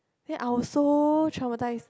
then I was so traumatised